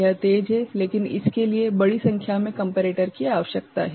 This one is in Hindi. यह तेज़ है लेकिन इसके लिए बड़ी संख्या में कम्पेरेटर की आवश्यकता है